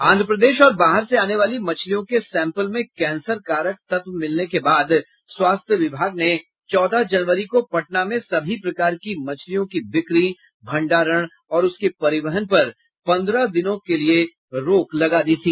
आंध्र प्रदेश और बाहर से आने वाली मछलियों के सैंपल में कैंसर कारक तत्व मिलने के बाद स्वास्थ्य विभाग ने चौदह जनवरी को पटना में सभी प्रकार की मछलियों की बिक्री भंडारण और उसके परिवहन पर पंद्रह दिनों के लिए रोक लगा दी थी